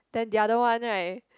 then the other one right